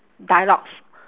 dialogues